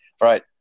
Right